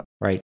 right